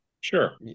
Sure